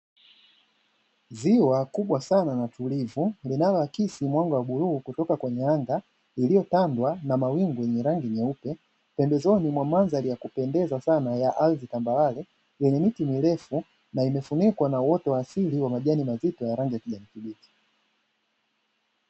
Ziwa kubwa sana na tulivu, linaloakisi mwanga wa bluu kutoka kwenye anga iliyopangwa na mawingu yenye rangi nyeupe, pembezoni mwa mandhari ya kupendeza sana ya ardhi tambarare, yenye miti mirefu na imefunikwa na uoto wa asili wa majani mazito ya rangi ya kijani kibichi.